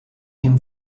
him